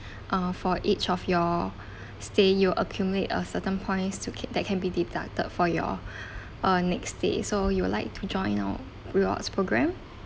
uh for each of your stay you accumulate a certain points to keep that can be deducted for your uh next stay so you would like to join our rewards programme